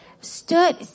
stood